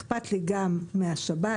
אכפת לי גם מהשבת,